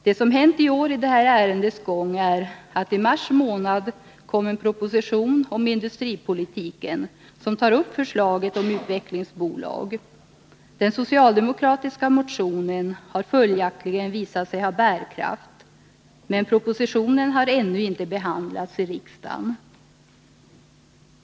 Det som hänt i år i det här ärendets gång är att i mars månad kom en proposition om industripolitiken som tar upp förslaget om utvecklingsbolag. Den socialdemokratiska motionen har följaktligen visat sig ha bärkraft. Men propositionen har ännu inte behandlats i riksdagen.